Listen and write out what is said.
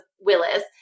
Willis